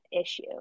issue